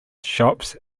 shops